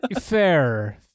Fair